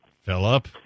Philip